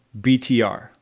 BTR